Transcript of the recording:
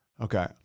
Okay